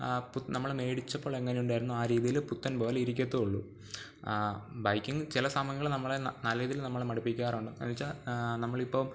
നമ്മൾ മേടിച്ചപ്പോഴെങ്ങനെ ഉണ്ടായിരുന്നോ ആ രീതിയിൽ പുത്തൻ പോലെ ഇരിക്കത്തുള്ളു ബൈക്കിങ്ങ് ചില സമയങ്ങളിൽ നമ്മുടെ നല്ല രീതിയിൽ നമ്മളെ മടിപ്പിക്കാറുണ്ട് എന്നു വെച്ചു നമ്മളിപ്പം